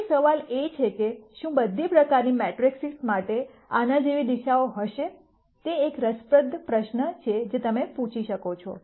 તેથી સવાલ એ છે કે શું બધી પ્રકારની મેટ્રિસીસ માટે આના જેવી દિશાઓ હશે તે એક રસપ્રદ પ્રશ્ન છે જે તમે પૂછી શકો છો